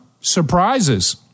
surprises